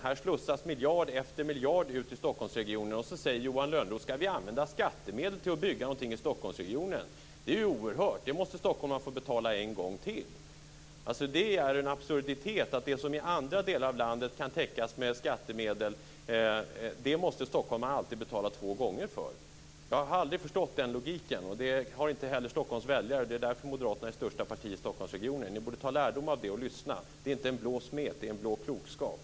Här slussas miljard efter miljard ut i Stockholmsregionen, och så säger Johan Lönnroth: Ska vi använda skattemedel till att bygga någonting i Stockholmsregionen? Det är ju oerhört! Det måste stockholmarna få betala en gång till! Detta är en absurditet - det som i andra delar av landet kan täckas med skattemedel måste stockholmarna alltid betala två gånger för. Jag har aldrig förstått den logiken. Det har inte heller Stockholms väljare, och det är därför Moderaterna är det största partiet i Stockholmsregionen. Ni borde ta lärdom av det, och lyssna! Det är inte en blå smet - det är blå klokskap.